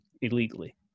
illegally